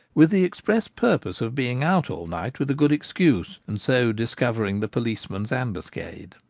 with the express purpose of being out all night with a good excuse, and so discovering the policeman's ambuscade.